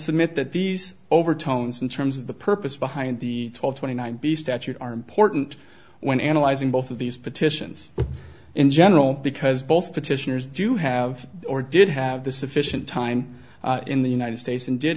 submit that these overtones in terms of the purpose behind the twelve twenty nine b statute are important when analyzing both of these petitions in general because both petitioners do have or did have the sufficient time in the united states and did